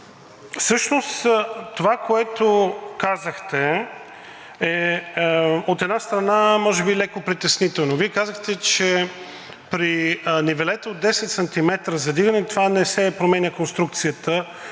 Всъщност това, което казахте, е, от една страна, може би леко притеснително. Вие казахте, че при нивелета от 10 см за вдигане, с това не се променя конструкцията